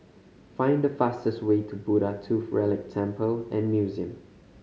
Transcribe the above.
find the fastest way to Buddha Tooth Relic Temple and Museum